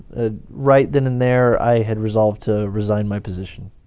ah right then and there, i had resolved to resign my position